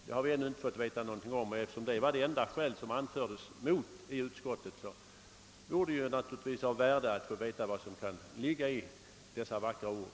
Det har vi ännu inte fått veta någonting om. Eftersom detta var det enda skäl som inom utskottet anfördes mot mitt förslag vore det naturligtvis av värde att få veta vad som kan ligga i dessa vackra ord.